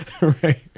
Right